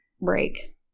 break